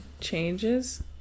changes